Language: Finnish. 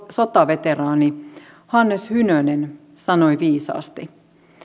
sotaveteraani hannes hynönen sanoi viisaasti